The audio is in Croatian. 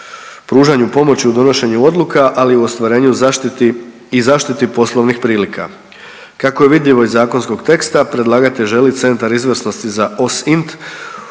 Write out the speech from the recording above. pružanju pomoći u donošenju odluka, ali i u ostvarenju i zaštiti poslovnih prilika. Kako je vidljivo iz zakonskog teksta predlagatelj želi Centar izvrsnosti za OSINT